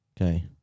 Okay